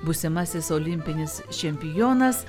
būsimasis olimpinis čempionas